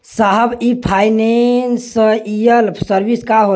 साहब इ financial service का होला?